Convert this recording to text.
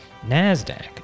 NASDAQ